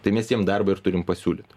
tai mes jiem darbą ir turim pasiūlyt